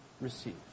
receive